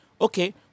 Okay